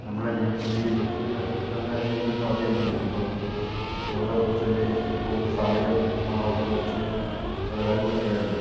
നമ്മളെ ജീവിതത്തിൽ ഈ ബസ് നല്ല രീതിയിൽ സ്വാധീനിക്കുന്നുണ്ട് ഇപ്പോ ഓരോ ബസ്സിൻ്റെയും പോകുന്ന സമയം നമ്മൾ ഓർത്തു വെച്ച് പല കാര്യങ്ങളും ചെയ്യാറുണ്ട്